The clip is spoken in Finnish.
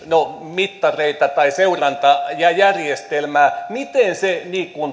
mittareita tai seurantajärjestelmää miten se